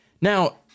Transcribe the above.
Now